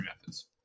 methods